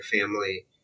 family